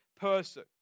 person